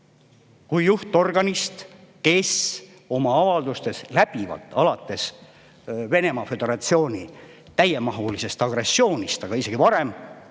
kui juhtorganist, kes oma avaldustes läbivalt, alates Venemaa Föderatsiooni täiemahulise agressiooni [algusest], aga isegi varem,